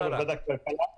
כיו"ר ועדת הכלכלה.